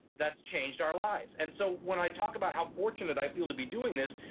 that's changed our lives. and so when i talk about how fortunate i feel to be doing this,